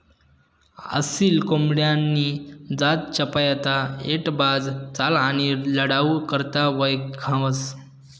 असील कोंबडानी जात चपयता, ऐटबाज चाल आणि लढाऊ करता वयखावंस